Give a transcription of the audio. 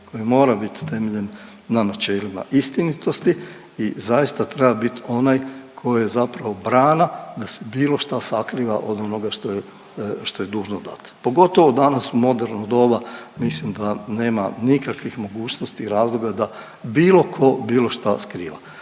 koji mora biti temeljen na načelima istinitosti i zaista treba biti onaj koji je zapravo brana da se bilo šta sakriva od onoga što je dužno dati, pogotovo danas u moderno doba, mislim da nema nikakvih mogućnosti i razloga da bilo tko bilo šta skriva.